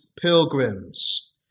pilgrims